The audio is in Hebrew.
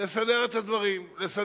לסדר את הדברים,